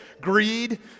Greed